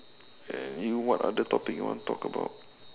and you what other topic you want to talk about